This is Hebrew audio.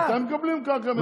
גם אתם מקבלים קרקע מדינה.